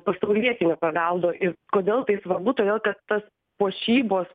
pasaulietinio paveldo ir kodėl tai svarbu todėl kad tas puošybos